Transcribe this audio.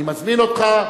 אני מזמין אותך,